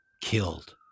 killed